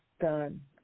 done